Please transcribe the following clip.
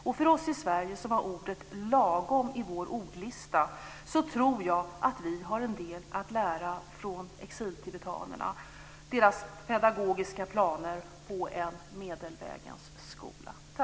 Vi i Sverige som har ordet lagom i vår ordlista har en del att lära av exiltibetanerna och deras pedagogiska planer på en medelvägens skola.